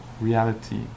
reality